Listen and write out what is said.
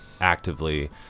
actively